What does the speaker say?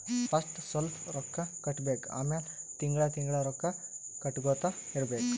first ಸ್ವಲ್ಪ್ ರೊಕ್ಕಾ ಕಟ್ಟಬೇಕ್ ಆಮ್ಯಾಲ ತಿಂಗಳಾ ತಿಂಗಳಾ ರೊಕ್ಕಾ ಕಟ್ಟಗೊತ್ತಾ ಇರ್ಬೇಕ್